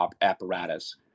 apparatus